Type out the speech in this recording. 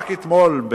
רק אתמול,